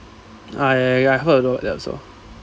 ah ya ya ya I heard about that also